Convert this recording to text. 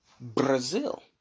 Brazil